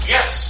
Yes